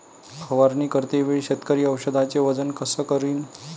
फवारणी करते वेळी शेतकरी औषधचे वजन कस करीन?